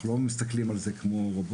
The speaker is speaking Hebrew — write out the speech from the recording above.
אנחנו לא מסתכלים על זה כמו רובוט.